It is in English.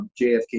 JFK